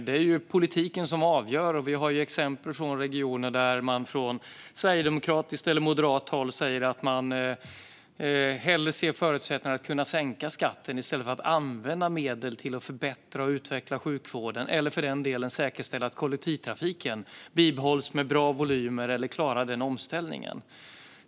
Det är ju politiken som avgör, och vi har exempel från regioner där man från sverigedemokratiskt eller moderat håll säger att man hellre ser förutsättningar att sänka skatten än använder medel till att förbättra och utveckla sjukvården eller, för den delen, säkerställa att kollektivtrafiken bibehålls med bra volymer och klarar omställningen.